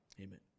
Amen